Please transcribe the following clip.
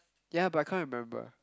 ya but I can't remember